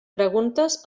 preguntes